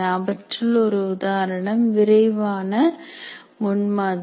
அவற்றுள் ஒரு உதாரணம் விரைவான முன்மாதிரி